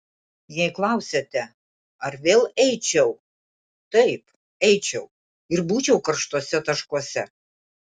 jei klausiate ar vėl eičiau taip eičiau ir būčiau karštuose taškuose